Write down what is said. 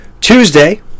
Tuesday